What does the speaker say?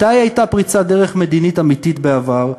מתי הייתה פריצת דרך מדינית אמיתית בעבר,